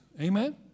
Amen